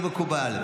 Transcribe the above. זה מקובל,